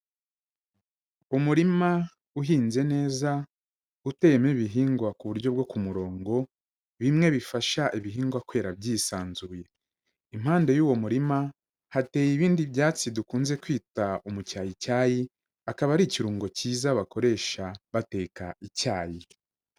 Umurima uhinze neza uteyemo ibihingwa ku buryo bwo ku murongo, bimwe bifasha ibihingwa kwera byisanzuye, impande y'uwo murima hateye ibindi byatsi dukunze kwita umucyayicyayi, akaba ari ikirungo kiza bakoresha bateka icyayi.